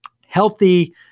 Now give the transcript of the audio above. healthy